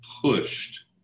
pushed